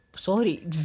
Sorry